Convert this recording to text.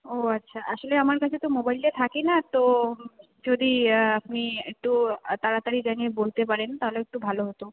ও আচ্ছা আসলে আমার কাছে তো মোবাইলটা থাকে না তো যদি আপনি তো তাড়াতাড়ি জানিয়ে বলতে পারেন তাহলে একটু ভালো হতো